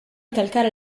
calcare